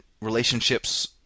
relationships